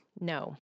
No